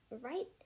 Right